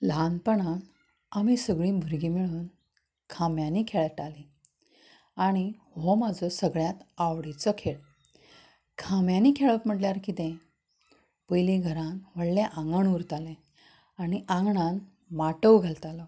ल्हानपणांत आमी सगळीं भुरगीं मेळून खांब्यानी खेळटालीं आनी हो म्हाजो सगळ्यांत आवडिचो खेळ खांब्यानी खेळप म्हणळ्यार कितें पयलीं घरांत व्हडलें आंगण उरतालें आणी आंगणांत माटोव घालतालो